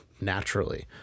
naturally